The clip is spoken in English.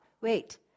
wait